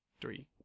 three